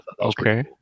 Okay